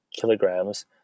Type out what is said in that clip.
kilograms